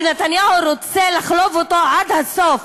שנתניהו רוצה לחלוב אותו עד הסוף,